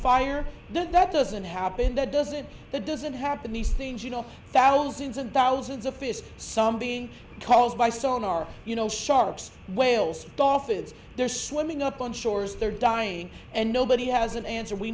fire that that doesn't happen that doesn't that doesn't happen these things you know thousands and thousands of fish some being called by sonar you know sharks whales dolphins they're swimming up on shores they're dying and nobody has an answer we